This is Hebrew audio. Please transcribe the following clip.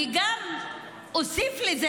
אני גם אוסיף לזה.